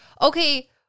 okay